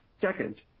Second